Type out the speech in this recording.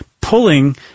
pulling